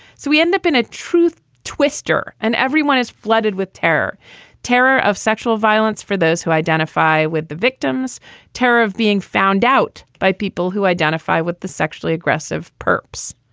so we end up in a truth twister and everyone is flooded with terror terror of sexual violence for those who identify with the victims terror of being found out by people who identify with the sexually aggressive perps.